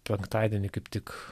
penktadienį kaip tik